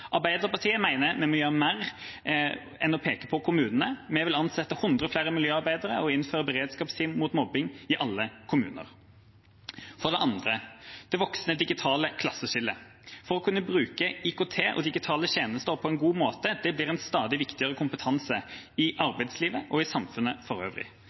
Arbeiderpartiet mener vi må gjøre mer enn å peke på kommunene. Vi vil ansette 100 flere miljøarbeidere og innføre beredskapsteam mot mobbing i alle kommuner. For det andre: Det voksende digitale klasseskillet. Det å kunne bruke IKT og digitale tjenester på en god måte blir en stadig viktigere kompetanse i arbeidslivet og i samfunnet for øvrig.